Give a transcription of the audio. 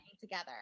together